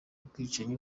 bwicanyi